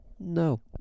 No